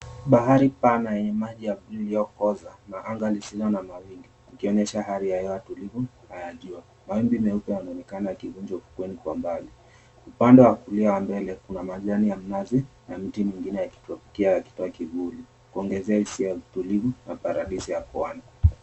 Bahari pana yenye maji ya buluu iliyokoza na anga lisilo na mawingu, ikionyesha hali ya hewa tulivu na ya jua. Mawimbi meupe yanaonekana yakivunja ufukweni kwa mbali. Upande wa kulia wa mbele, kuna majani ya mnazi na mti mingine ya kitropiki yakitoa kivuli, kuongezea hisia ya utulivu na paradiso ya pwani.